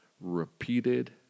repeated